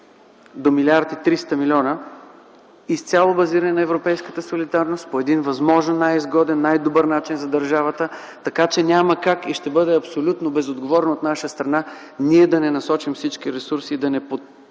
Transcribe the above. до 1 млрд. 300 млн. евро, изцяло базирани на европейската солидарност по един възможен, най-изгоден, най-добър начин за държавата! Затова няма как, ще бъде абсолютно безотговорно от наша страна да не насочим всички ресурси и да не засилим